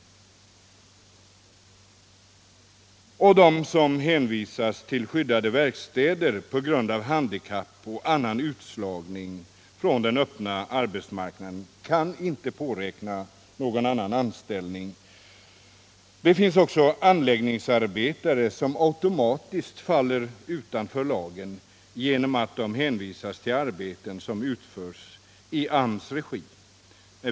De som har hänvisats till skyddade verkstäder på grund av handikapp och annan utslagning från den öppna marknaden kan inte påräkna någon annan anställning. Det finns också anläggningsarbetare som automatiskt faller utanför lagen genom att de hänvisas till arbeten som utförs i AMS regi.